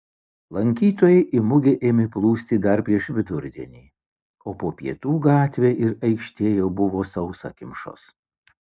lankytojai į mugę ėmė plūsti dar prieš vidurdienį o po pietų gatvė ir aikštė jau buvo sausakimšos